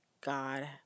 God